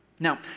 Now